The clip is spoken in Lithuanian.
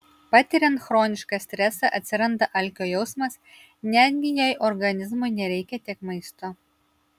patiriant chronišką stresą atsiranda alkio jausmas netgi jei organizmui nereikia tiek maisto